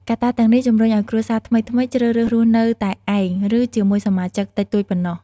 កត្តាទាំងនេះជំរុញឱ្យគ្រួសារថ្មីៗជ្រើសរើសរស់នៅតែឯង ឬជាមួយសមាជិកតិចតួចប៉ុណ្ណោះ។